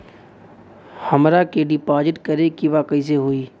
हमरा के डिपाजिट करे के बा कईसे होई?